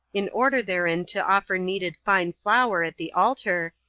in order therein to offer kneaded fine flour at the altar,